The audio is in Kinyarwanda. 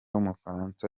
w’umufaransa